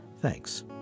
Thanks